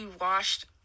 washed